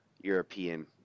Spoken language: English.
European